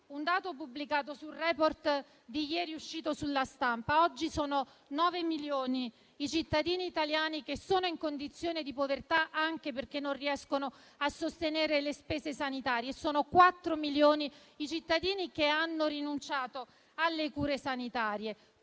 un dato pubblicato su un *report* di ieri uscito sulla stampa. Oggi 9 milioni di cittadini italiani sono in condizione di povertà, anche perché non riescono a sostenere le spese sanitarie, e 4 milioni di cittadini hanno rinunciato alle cure sanitarie.